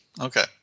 Okay